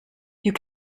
you